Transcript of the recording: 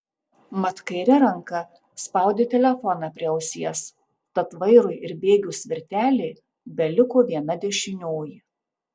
mat kaire ranka spaudė telefoną prie ausies tad vairui ir bėgių svirtelei beliko viena dešinioji